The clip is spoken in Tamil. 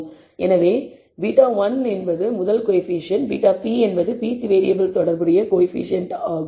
எனவே β1 என்பது முதல் கோஎஃபீஷியேன்ட் βp என்பது pth வேறியபிள் தொடர்புடைய கோஎஃபீஷியேன்ட் ஆகும்